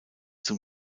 zum